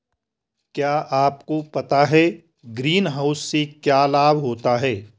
क्या आपको पता है ग्रीनहाउस से क्या लाभ होता है?